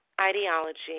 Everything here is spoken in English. ideology